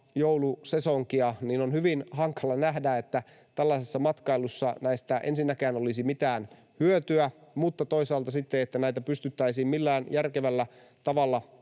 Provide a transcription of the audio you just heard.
joulusesonkia, on hyvin hankala nähdä, että tällaisessa matkailussa näistä ensinnäkään olisi mitään hyötyä ja toisaalta näitä pystyttäisiin millään järkevällä tavalla